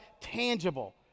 tangible